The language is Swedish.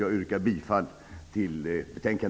Jag yrkar bifall till utskottets hemställan.